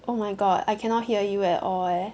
oh my god I cannot hear you at all eh